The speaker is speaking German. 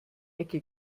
ecke